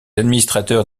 administrateurs